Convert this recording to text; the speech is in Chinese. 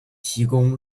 提供